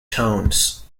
tones